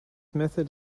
method